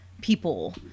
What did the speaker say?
people